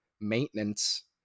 maintenance